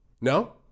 No